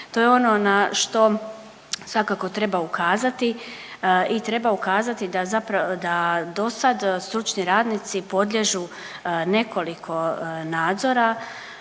To je ono na što svakako treba ukazati i treba ukazati da dosada stručni radnici podliježu nekoliko nadzora,